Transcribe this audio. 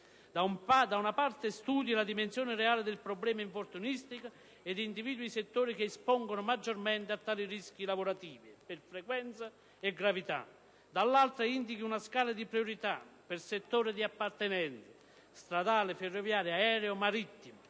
da una parte, studi la dimensione reale del problema infortunistico ed individui i settori che espongono maggiormente a tale rischi i lavoratori per frequenza e gravità; dall'altra, indichi una scala di priorità per settore di appartenenza (stradale, ferroviario, aereo, marittimo)